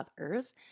others